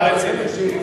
מפלגה רצינית.